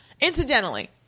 Incidentally